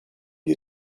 you